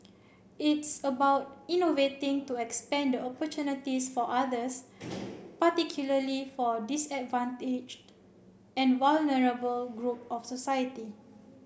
it's about innovating to expand the opportunities for others particularly for disadvantaged and vulnerable group our society